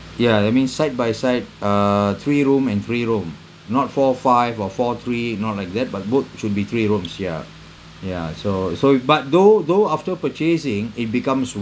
ya that means side by side uh three room and three room not four five or four three not like that but both should be three rooms ya ya so so but though though after purchasing it becomes